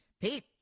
Pete